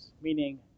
meaning